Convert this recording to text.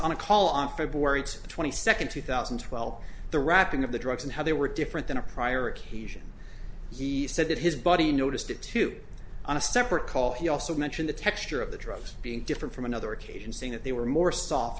on a call on february twenty second two thousand and twelve the wrapping of the drugs and how they were different than a prior occasion he said that his body noticed it too on a separate call he also mentioned the texture of the drugs being different from another occasion seeing that they were more soft